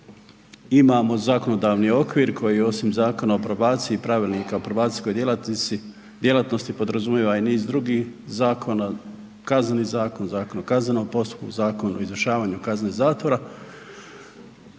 Imamo zakonodavni okvir koji osim Zakona o probacija, Pravilnika o probacijskoj djelatnosti podrazumijeva i niz drugih zakona, Kazneni zakon, Zakon o kaznenom postupku, Zakon o izvršavanju kazne zatvora,